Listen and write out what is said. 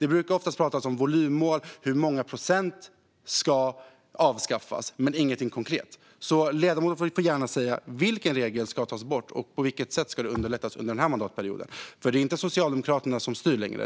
Det brukar oftast pratas om volymmål och om hur många procent som ska avskaffas, men det är ingenting konkret. Ledamoten får gärna säga vilken regel som ska tas bort och på vilket sätt man ska underlätta under denna mandatperiod. Det är inte Socialdemokraterna som styr längre.